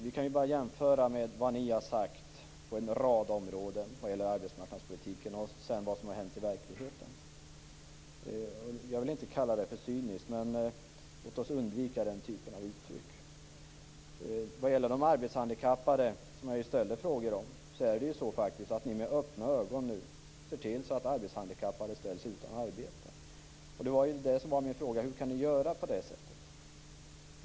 Det går att jämföra med vad ni har sagt på en rad områden vad gäller arbetsmarknadspolitiken och sedan vad som har hänt i verkligheten. Jag vill inte kalla det för cyniskt. Men låt oss undvika den typen av uttryck. Jag ställde frågor om de arbetshandikappade. Med öppna ögon gör ni så att arbetshandikappade ställs utan arbete. Hur kan ni göra så?